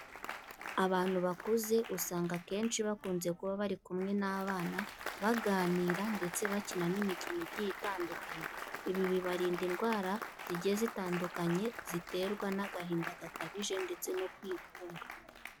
Abantu bakuze usanga akenshi bakunze kuba bari kumwe n'abana, baganira ndetse bakina n'imikino igiye itandukanye, ibi bibarinda indwara zigiye zitandukanye ziterwa n'agahinda gakabije ndetse no kwigunga.